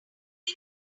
pop